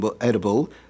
edible